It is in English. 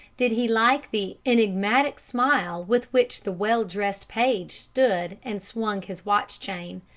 did he like the enigmatic smile with which the well-dressed paige stood and swung his watch-chain.